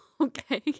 Okay